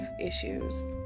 issues